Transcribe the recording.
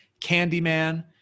Candyman